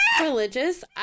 religious